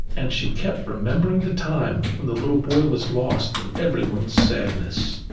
and she kept remembering the time when the little boy was lost and everyone's sadness.